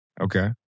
Okay